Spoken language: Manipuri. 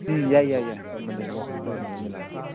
ꯎꯝ ꯌꯥꯏ ꯌꯥꯏ ꯌꯥꯏ ꯍꯣꯏ ꯃꯣꯟꯗꯦ ꯅꯨꯃꯤꯠ ꯅꯠꯇꯕ ꯅꯨꯃꯤꯠ ꯑꯃꯗ ꯂꯥꯛꯄꯤꯔꯣ